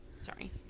Sorry